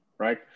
right